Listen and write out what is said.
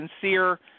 sincere